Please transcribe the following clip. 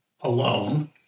alone